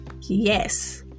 Yes